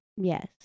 Yes